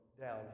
down